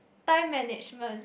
time management